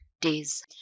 days